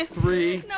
ah three.